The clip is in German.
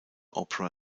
opera